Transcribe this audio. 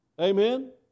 Amen